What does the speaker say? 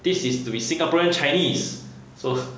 this is to be singaporean chinese so